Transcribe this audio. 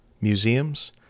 museums